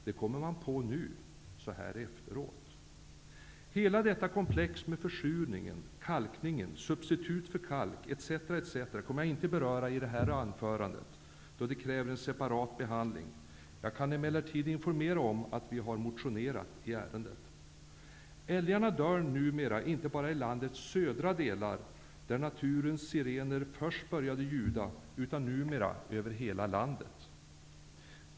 Detta har man kommit på nu efteråt! Hela detta komplex med försurningen, kalkningen, substitut för kalk etc. kommer jag inte att beröra i det här anförandet, då det kräver en separat behandling. Jag kan emellertid informera om att vi har motionerat i ärendet. Älgarna dör numera inte bara i landets södra delar där naturens sirener först började ljuda, utan över hela landet.